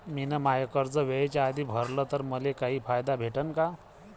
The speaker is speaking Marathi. मिन माय कर्ज वेळेच्या आधी भरल तर मले काही फायदा भेटन का?